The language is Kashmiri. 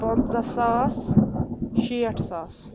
پنژاہ ساس شیٹھ ساس